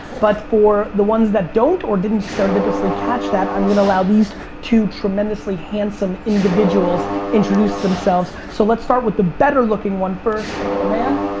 but for the ones that don't or didn't serendipitously catch that, i'm gonna allow these two tremendously handsome individuals introduce themselves, so let's start with the better looking one first, my man?